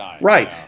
Right